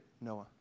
Noah